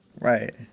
Right